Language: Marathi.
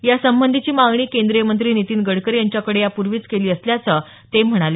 यासंबंधिची मागणी केंद्रीय मंत्री नितीन गडकरी यांच्याकडे यापूर्वीच केली असल्याचं ते म्हणाले